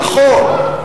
נכון.